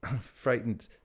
frightened